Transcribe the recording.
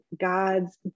God's